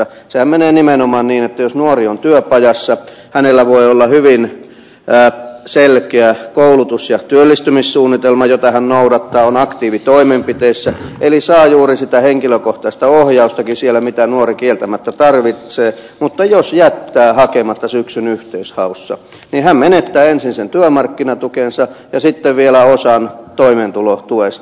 sehän menee nimenomaan niin että jos nuori on työpajassa hänellä voi olla hyvin selkeä koulutus ja työllistymissuunnitelma jota hän noudattaa hän on aktiivitoimenpiteissä eli saa juuri sitä henkilökohtaista ohjaustakin siellä mitä nuori kieltämättä tarvitsee mutta jos hän jättää hakematta syksyn yhteishaussa niin hän menettää ensin sen työmarkkinatukensa ja sitten vielä osan toimeentulotuesta